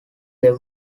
they